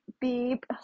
beep